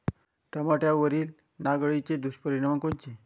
टमाट्यावरील नाग अळीचे दुष्परिणाम कोनचे?